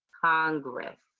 Congress